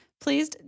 please